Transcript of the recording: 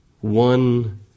one